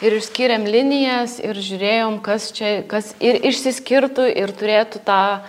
ir išskyrėm linijas ir žiūrėjom kas čia kas ir išsiskirtų ir turėtų tą